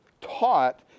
taught